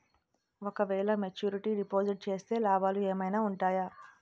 ఓ క వేల maturity deposit చేస్తే లాభాలు ఏమైనా ఉంటాయా?